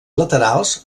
laterals